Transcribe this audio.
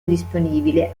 disponibile